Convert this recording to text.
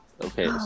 Okay